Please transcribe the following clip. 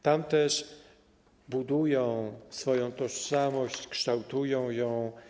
Tam też budują swoją tożsamość, kształtują ją.